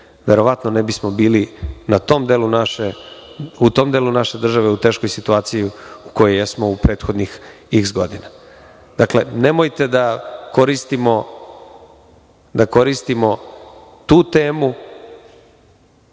verovatno ne bismo bili u tom delu naše države, u teškoj situaciji u kojoj jesmo u prethodnih iks godina. Dakle, nemojte da koristimo tu temu